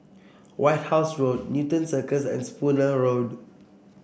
White House Road Newton Circus and Spooner Road